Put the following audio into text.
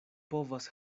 povas